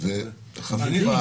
חברים,